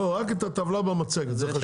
לא, רק את הטבלה במצגת זה חשוב.